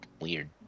weird